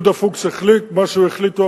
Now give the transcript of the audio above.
יהודה פוקס החליט מה שהוא החליט.